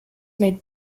made